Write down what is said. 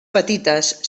petites